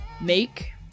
make